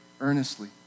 earnestly